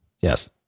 yes